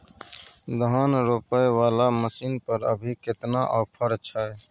धान रोपय वाला मसीन पर अभी केतना ऑफर छै?